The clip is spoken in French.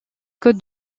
côtes